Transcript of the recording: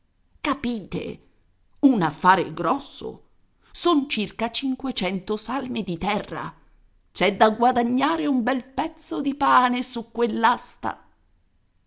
capite un affare grosso son circa cinquecento salme di terra c'è da guadagnare un bel pezzo di pane su quell'asta